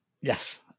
Yes